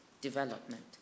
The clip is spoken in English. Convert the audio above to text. development